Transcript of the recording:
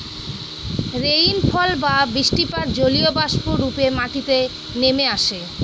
rainfall বা বৃষ্টিপাত জলীয়বাষ্প রূপে মাটিতে নেমে আসে